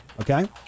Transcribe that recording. Okay